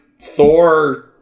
Thor